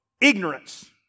ignorance